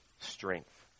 strength